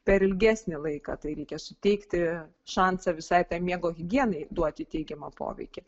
per ilgesnį laiką tai reikia suteikti šansą visai miego higienai duoti teigiamą poveikį